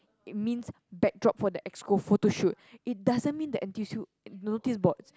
it means backdrop for the exco photo shoot it doesn't mean the N_T_U_S_U noticeboards